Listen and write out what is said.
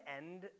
end